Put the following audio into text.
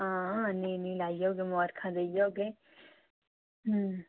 आं नेईं नेईं लाई औगे मबारखां देई औगे